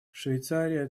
швейцария